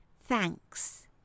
thanks